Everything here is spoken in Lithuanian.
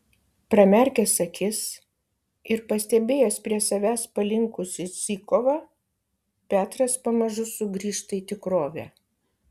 pramerkęs akis ir pastebėjęs prie savęs palinkusį zykovą petras pamažu sugrįžta į tikrovę